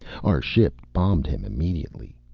our ship bombed him immediately.